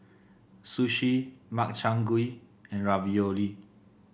Sushi Makchang Gui and Ravioli